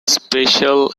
special